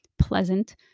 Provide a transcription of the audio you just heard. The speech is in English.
pleasant